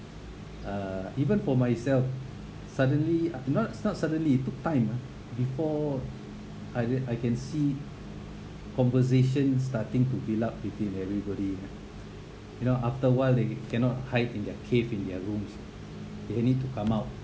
uh even for myself suddenly not not suddenly it took time ah before I di~ I can see conversation starting to build up between everybody you know after a while they cannot hide in their cave in their rooms they need to come out